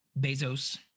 Bezos